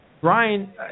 Brian